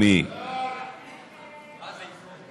סעיפים 1